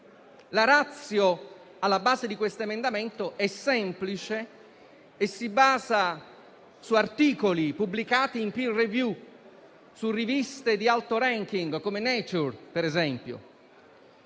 La *ratio* alla base di questo emendamento è semplice e si basa su articoli pubblicati in più *review* e su riviste di alto *ranking*, come «Nature», per esempio.